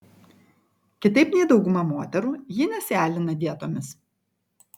kitaip nei dauguma moterų ji nesialina dietomis